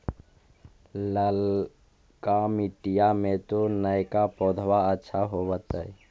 ललका मिटीया मे तो नयका पौधबा अच्छा होबत?